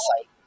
site